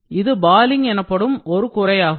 இது பாலிங் எனப்படும் ஒரு குறையாகும்